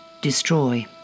Destroy